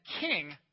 king